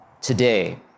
today